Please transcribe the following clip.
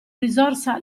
risorsa